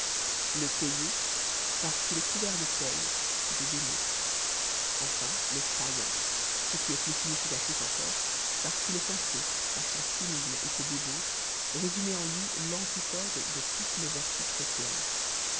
le peilloux parce qu'il est couvert de peille de guenilles enfin le païen ce qui est plus significatif encore parce qu'il est censé par son cynisme et ses débauches résumer en lui l'antipode de toutes les vertus chrétiennes